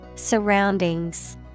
Surroundings